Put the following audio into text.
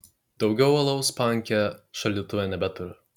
daugiau alaus panke šaldytuve nebeturiu